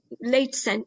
late